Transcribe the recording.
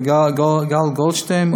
גל גולדשטיין,